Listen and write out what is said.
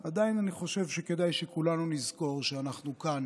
אני עדיין חושב שכדאי שכולנו נזכור שאנחנו כאן